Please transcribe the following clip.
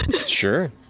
Sure